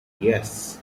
yes